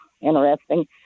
interesting